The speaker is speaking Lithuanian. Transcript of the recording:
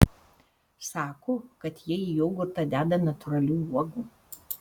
sako kad jie į jogurtą deda natūralių uogų